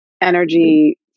energy